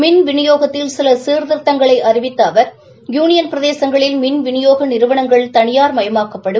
மின் விநியோகத்தில் சில சீர்திருத்தங்களை அறிவித்த அவர் யுளியன் பிரதேசங்களில் மின் விநியோக நிறுவனங்கள் தனியார்மயமாக்கப்படும்